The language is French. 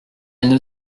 elles